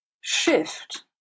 shift